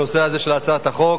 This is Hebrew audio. את הנושא של הצעת החוק.